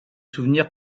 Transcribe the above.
souvenirs